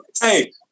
Hey